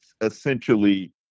essentially